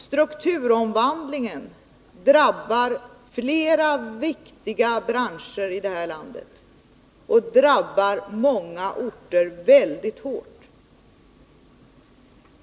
Strukturomvandlingen drabbar flera viktiga branscher i det här landet och drabbar många orter väldigt hårt.